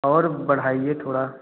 और बढ़ाइए थोड़ा